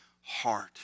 heart